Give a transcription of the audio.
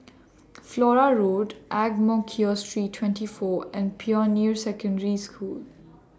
Flora Road Ang Mo Kio Street twenty four and Pioneer Secondary School